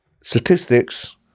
Statistics